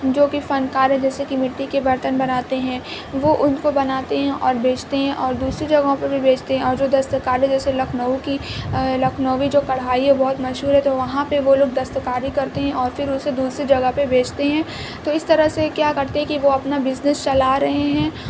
جو کہ فنکار ہیں جیسے کہ مٹی کے برتن بناتے ہیں وہ ان کو بناتے ہیں اور بیچتے ہیں اور دوسری جگہوں پہ بھی بیچتے ہیں اور جو دستکار ہیں جیسے لکھنؤ کی لکھنوی جو کڑھائی ہے وہ بہت مشہور ہے تو وہاں پہ وہ لوگ دستکاری کرتے ہیں اور پھر اسے دوسری جگہ پہ بیچتے ہیں تو اس طرح سے کیا کرتے ہیں کہ وہ اپنا بزنس چلا رہے ہیں